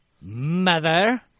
Mother